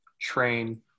train